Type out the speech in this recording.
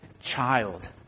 child